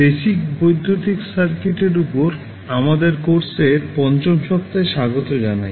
basic বৈদ্যুতিক সার্কিটএর উপর আমাদের কোর্সের 5ম সপ্তাহে স্বাগত জানাই